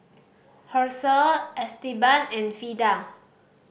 Hershell Esteban and Vida